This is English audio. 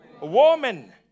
woman